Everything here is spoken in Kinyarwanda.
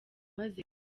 imaze